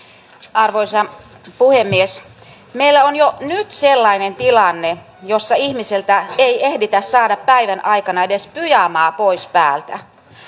arvoisa puhemies meillä on jo nyt sellainen tilanne jossa ihmiseltä ei ehditä saada päivän aikana edes pyjamaa pois päältä